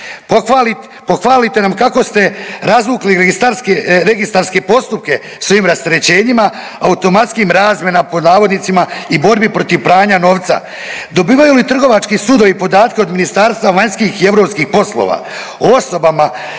Pohvalite nam kako ste razvukli registarske postupke s ovim rasterećenjima automatskim razmjenama pod navodnicima i borbi protiv pranja novca. Dobivaju li trgovački sudovi podatke od Ministarstva vanjskih i europskih poslova o osobama